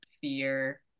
fear